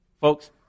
folks